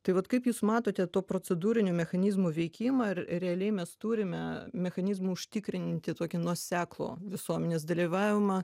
tai vat kaip jūs matote tų procedūrinių mechanizmų veikimą ir realiai mes turime mechanizmų užtikrinti tokį nuoseklų visuomenės dalyvavimą